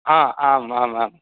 हा आम् आम् आम्